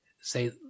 say